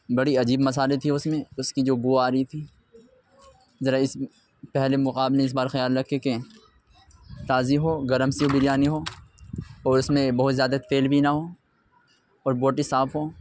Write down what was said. بڑی عجیب مصالحے تھی اس میں اس کی جو بو آ رہی تھی ذرا اس پہلے مقابلے اس بار خیال رکھیں کہ تازی ہو گرم سی وہ بریانی ہو اور اس میں بہت زیادہ تیل بھی نہ ہو اور بوٹی صاف ہوں